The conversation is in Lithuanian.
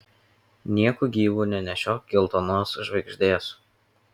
nieku gyvu nenešiok geltonos žvaigždės